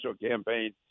campaign